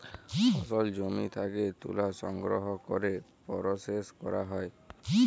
ফসল জমি থ্যাকে ত্যুলে সংগ্রহ ক্যরে পরসেস ক্যরা হ্যয়